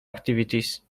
activities